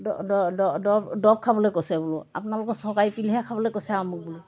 দৰৱ খাবলৈ কৈছে বোলো আপোনালোকৰ চৰকাৰী পিলহে খাবলৈ কৈছে আৰু মোক বোলো